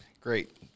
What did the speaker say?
great